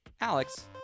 alex